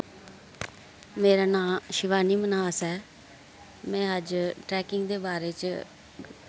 मेरा नां शिवानी मन्हास ऐ मैं अज ट्रैकिंग दे बारे च